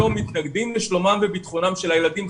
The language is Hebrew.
היום מתנגדים לשלומם וביטחונם של הילדים.